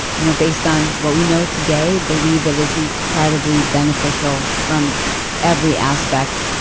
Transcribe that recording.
you know based on what we know today, believe it is incredibly beneficial from every aspect